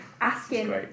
asking